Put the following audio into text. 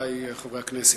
ידידי חברי הכנסת,